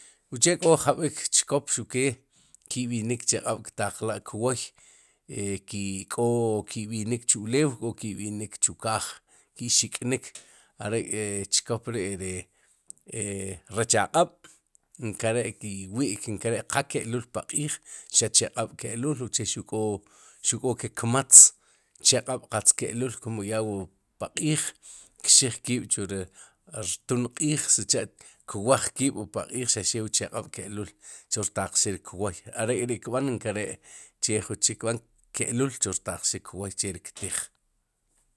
Uche' k'o jab'ik chkop xuq ke ki'b'inik chaq'ab' ktaqla'kwoy e ki k'o ki'b'inik chu'lew k'o ki'b'inik chukaaj ki'xik'nik are kçhkop ri ri e rech aq'ab' nkere'ki'wi'k nkere qa ke'lul paq'iij xaq chaq'ab'ke'lul uche'xuq k'o ke kmatz chaq'ab'qatz ke'lul kum ya wu paq'iij kxij kiib'chu wu rtun q'iij sicha'kwaj kiib' wu paq'iij xaq rew wu chaq'ab' ke'lul chu rtaq rik ri kwoy are k'ri'kb'an nkere che jun chik kb'an ke'lul chu rtaq xik kwoy che ri ktij.